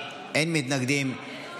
אין מתנגדים,